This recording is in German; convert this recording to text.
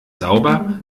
sauber